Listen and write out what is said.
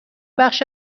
بخش